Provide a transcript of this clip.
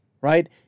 right